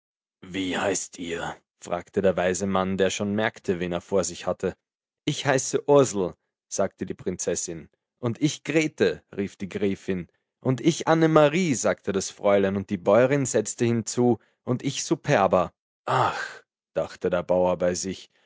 wie heißt ihr fragte der weise mann der schon merkte wen er vor sich hatte ich heiß ursel sagte die prinzessin und ich grete rief die gräfin und ich annemarie sagte das fräulein und die bäuerin setzte hinzu und ich superba ach dachte der bauer bei sich